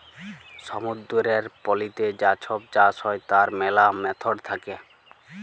সমুদ্দুরের পলিতে যা ছব চাষ হ্যয় তার ম্যালা ম্যাথড থ্যাকে